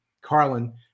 Carlin